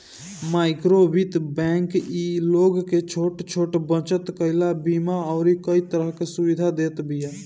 माइक्रोवित्त बैंक इ लोग के छोट छोट बचत कईला, बीमा अउरी कई तरह के सुविधा देत बिया